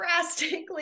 drastically